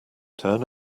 turn